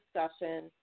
discussion